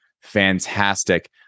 fantastic